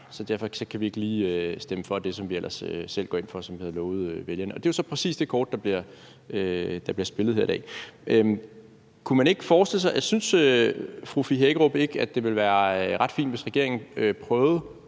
så derfor kan man ikke lige stemme for det, som vi ellers selv går ind for, og som vi havde lovet vælgerne. Det er så præcis det kort, der bliver spillet her i dag. Synes fru Fie Hækkerup ikke, at det ville være ret fint, hvis regeringen prøvede